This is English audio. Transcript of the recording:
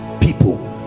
people